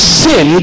sin